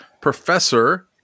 Professor